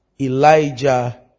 Elijah